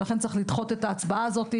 ולכן צריך לדחות את ההצבעה הזאת,